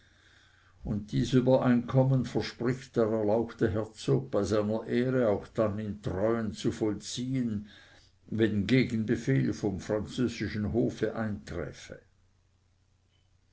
und dies übereinkommen verspricht der erlauchte herzog bei seiner ehre auch dann in treuen zu vollziehen wenn gegenbefehl vom französischen hofe einträfe